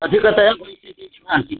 अधिकतया भविष्यति हा इति